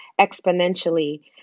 exponentially